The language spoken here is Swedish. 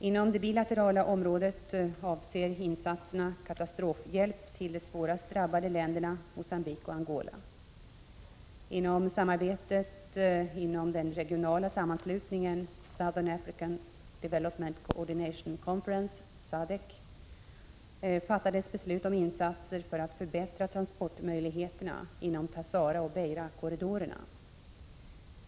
Inom det bilaterala området avser insatserna katastrofhjälp till de svårast drabbade länderna Mogambique och Angola. Inom samarbetet inom den regionala sammanslutningen Southern African Development Coordination Conference fattades beslut om insatser för att förbättra transportmöjligheterna inom Tazaraoch Beriakorridorerna.